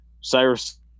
Cyrus